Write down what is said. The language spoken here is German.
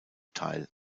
teil